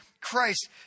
Christ